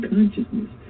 Consciousness